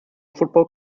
football